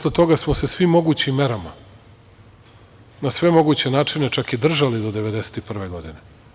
Posle toga smo se svim mogućim merama, na sve moguće načine, čak i držali do 1991. godine.